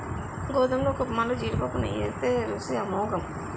గోధుమ నూకఉప్మాలో జీడిపప్పు నెయ్యి ఏత్తే రుసి అమోఘము